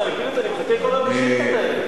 --- אני מחכה כל היום לשאילתות האלה.